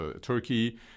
Turkey